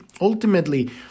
ultimately